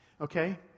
Okay